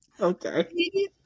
Okay